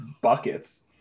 buckets